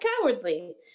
cowardly